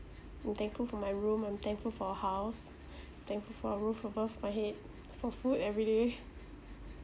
I'm thankful for my room I'm thankful for a house I'm thankful for a roof above my head for food everyday